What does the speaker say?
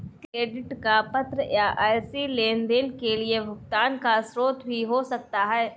credit का पत्र या एल.सी लेनदेन के लिए भुगतान का स्रोत भी हो सकता है